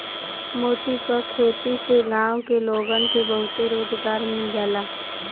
मोती क खेती से गांव के लोगन के बहुते रोजगार मिल जाला